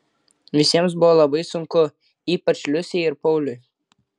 visiems buvo labai sunku ypač liusei ir pauliui